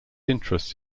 interest